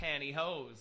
pantyhose